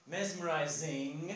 Mesmerizing